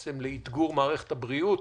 ובעצם לאתגור מערכת הבריאות.